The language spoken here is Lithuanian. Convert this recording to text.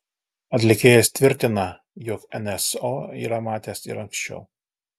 atlikėjas tvirtina jog nso yra matęs ir anksčiau